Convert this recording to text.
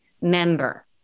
member